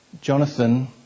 Jonathan